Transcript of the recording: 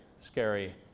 scary